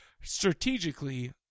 strategically